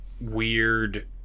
weird